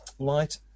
Light